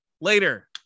later